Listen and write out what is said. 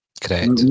Correct